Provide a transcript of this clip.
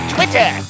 Twitter